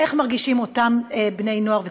איך מרגישים אותם בני-נוער וצעירים.